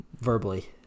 verbally